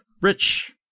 rich